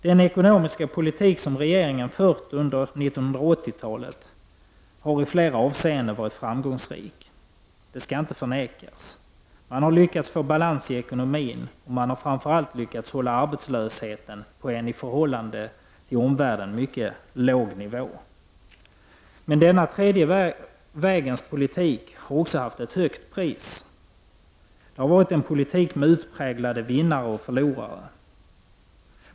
Den ekonomiska politik som regeringen fört under 1980-talet har i flera avseenden varit framgångsrik. Det skall inte förnekas. Man har lyckats få balans i ekonomin, och man har framför allt lyckats hålla arbetslösheten på en i förhållande till omvärlden mycket låg nivå. Men denna den tredje vägens politik har också haft ett högt pris. Det har varit en politik med utpräglade vinnare och förlorare.